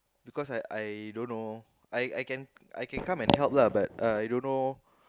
because I I don't know I I can I can come and help lah but uh I don't know